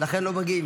לכן לא מגיעים.